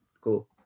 Cool